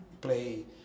play